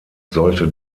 sollte